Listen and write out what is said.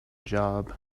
job